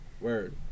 Word